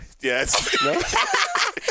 Yes